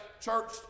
church